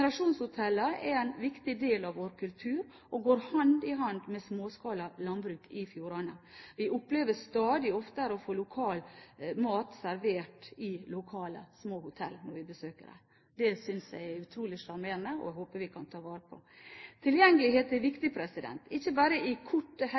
er en viktig del av vår kultur og går hånd i hånd med småskala landbruk i fjordene. Vi opplever stadig oftere å få lokal mat servert i lokale, små hotell når vi besøker dem. Det synes jeg er utrolig sjarmerende, og det håper jeg vi kan ta vare på. Tilgjengelighet er